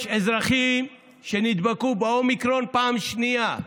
יש אזרחים שנדבקו באומיקרון פעם שנייה,